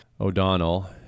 O'Donnell